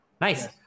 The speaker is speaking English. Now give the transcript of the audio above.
Nice